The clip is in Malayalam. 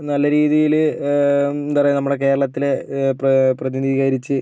നല്ല രീതിയില് എന്താ പറയുക നമ്മുടെ കേരളത്തില് പ്ര പ്രതിനിധീകരിച്ച്